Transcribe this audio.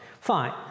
fine